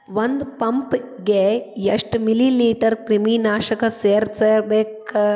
ಒಂದ್ ಪಂಪ್ ಗೆ ಎಷ್ಟ್ ಮಿಲಿ ಲೇಟರ್ ಕ್ರಿಮಿ ನಾಶಕ ಸೇರಸ್ಬೇಕ್?